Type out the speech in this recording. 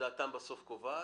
שדעתם בסוף קובעת,